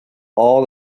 all